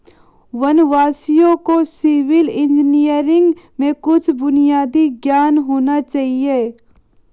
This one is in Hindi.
वनवासियों को सिविल इंजीनियरिंग में कुछ बुनियादी ज्ञान होना चाहिए